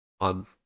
on